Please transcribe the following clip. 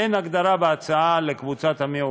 אין הגדרה בהצעה לקבוצת המיעוט.